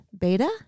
Beta